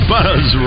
Buzz